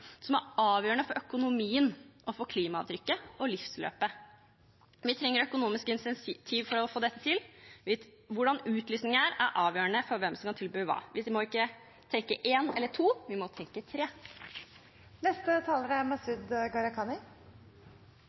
som er avgjørende for økonomien, for klimaavtrykket og for livsløpet. Vi trenger økonomiske incentiver for å få dette til. Hvordan utlysningene er, er avgjørende for hvem som kan tilby hva. Vi må ikke tenke én eller to – vi må tenke tre. Mye er sagt, og mye godt er